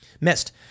missed